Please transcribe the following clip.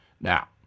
Now